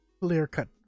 clear-cut